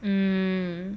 mm